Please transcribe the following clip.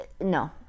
no